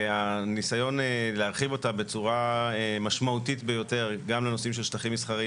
והניסיון להרחיב אותה בצורה משמעותית ביותר גם לנושא של שטחים מסחריים